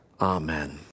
Amen